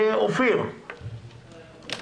אופיר בבקשה,